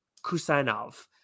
Kusanov